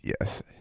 yes